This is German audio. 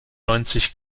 neunzig